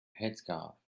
headscarf